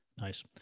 Nice